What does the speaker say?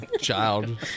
child